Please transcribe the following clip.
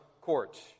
court